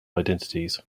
identities